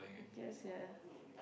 guess sia